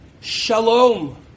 Shalom